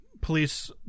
police